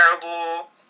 terrible